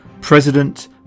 President